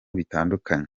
bitandukanye